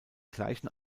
gleichen